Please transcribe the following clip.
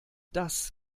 das